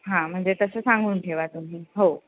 हां म्हणजे तसं सांगून ठेवा तुम्ही हो